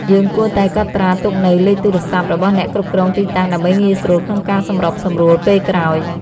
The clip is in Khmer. យើងគួរតែកត់ត្រាទុកនូវលេខទូរសព្ទរបស់អ្នកគ្រប់គ្រងទីតាំង ដើម្បីងាយស្រួលក្នុងការសម្របសម្រួលពេលក្រោយ។